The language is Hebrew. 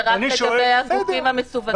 זה רק לגבי הגופים המסווגים.